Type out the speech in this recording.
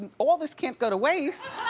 all this can't go to waste!